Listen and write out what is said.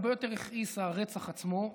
הרבה יותר הכעיס הרצח עצמו,